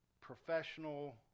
professional